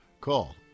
Call